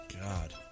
God